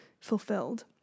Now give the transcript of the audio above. fulfilled